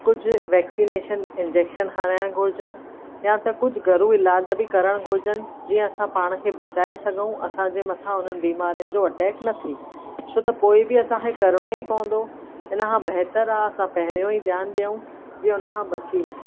कुझु vaccination injection हराइण घुरिजनि या त कुझु घरूं इलाज बि करणु घुरिजनि जीअं त असां पाण खे बचाए सघूं असांजे मथां उन्हनि बीमारियुनि जो अटैक न थिए छो त पोइ बि असांखे करिणो ई पवंदो इन खां बहितर आहे असां पहिरियों ई ध्यानु ॾियूं जीअं उन खां बची वञूं